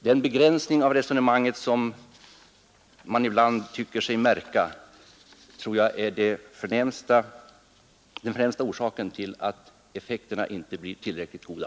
Den begränsning av resonemanget som man ibland tycker sig märka tror jag är den främsta orsaken till att effekterna inte blir tillräckligt goda.